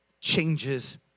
changes